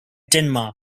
denmark